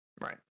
Right